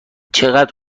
چقدر